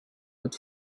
but